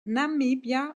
namibia